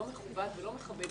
לא מכובד ולא מכבד.